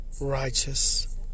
Righteous